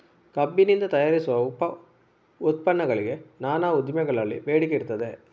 ಕಬ್ಬಿನಿಂದ ತಯಾರಿಸುವ ಉಪ ಉತ್ಪನ್ನಗಳಿಗೆ ನಾನಾ ಉದ್ದಿಮೆಗಳಲ್ಲಿ ಬೇಡಿಕೆ ಇರ್ತದೆ